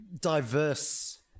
diverse